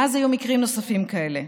מאז היו מקרים נוספים כאלה.